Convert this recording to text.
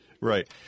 Right